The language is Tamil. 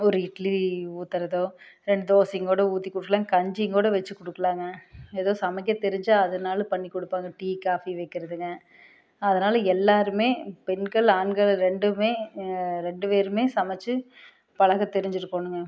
ஒரு இட்லி ஊற்றுறதோ ரெண்டு தோசைங்க கூட ஊற்றி கொடுக்கலாம் கஞ்சிங்க கூட வச்சு கொடுக்கலாங்க ஏதோ சமைக்க தெரிஞ்சா அதுனாலும் பண்ணி கொடுப்பாங்க டீ காஃபி வைக்கிறதுங்க அதனால எல்லாருமே பெண்கள் ஆண்கள் ரெண்டுமே ரெண்டு பேருமே சமைச்சு பழகத் தெரிஞ்சிருக்கணுங்க